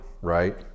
right